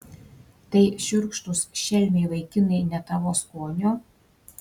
tai šiurkštūs šelmiai vaikinai ne tavo skonio